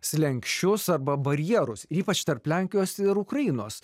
slenksčius arba barjerus ir ypač tarp lenkijos ir ukrainos